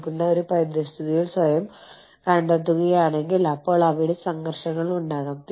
നിങ്ങൾ അന്താരാഷ്ട്ര വികസനത്തിന്റെ ഏത് ഘട്ടത്തിലാണ്